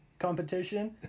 competition